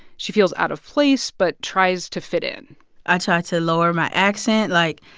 she feels out of place but tries to fit in i tried to lower my accent. like,